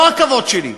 לא הכבוד שלי,